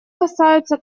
касаются